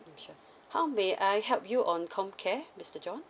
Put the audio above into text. sure how may I help you on comcare mister john